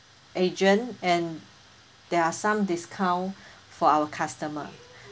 agent and there are some discount for our customer